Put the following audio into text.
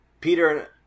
Peter